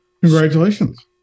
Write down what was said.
Congratulations